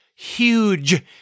Huge